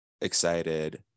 excited